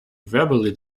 verbally